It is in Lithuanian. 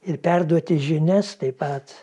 ir perduoti žinias taip pat